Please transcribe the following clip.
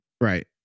right